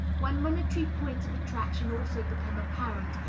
when monetary points of attraction also become apparent,